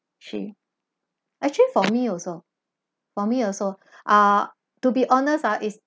she actually for me also for me also uh to be honest ah is